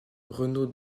renaud